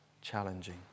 challenging